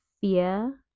fear